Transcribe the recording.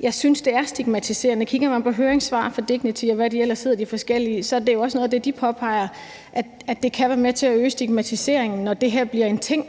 jeg synes, at det er stigmatiserende. Kigger man på høringssvar fra DIGNITY, og hvad de forskellige organisationer ellers hedder, er det jo også noget af det, de påpeger, altså at det kan være med til at øge stigmatiseringen, når det her bliver en ting,